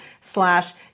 slash